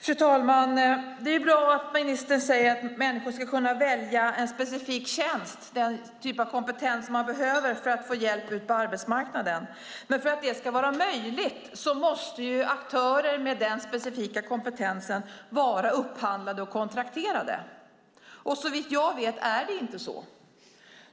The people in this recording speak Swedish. Fru talman! Det är bra att ministern säger att människor ska kunna välja en specifik tjänst med den typ av kompetens de behöver för att få hjälp ut på arbetsmarknaden. Men för att det ska vara möjligt måste aktörer med denna specifika kompetens vara upphandlade och kontrakterade. Såvitt jag vet är det inte så.